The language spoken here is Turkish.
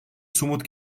somut